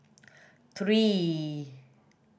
three